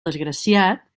desgraciat